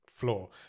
floor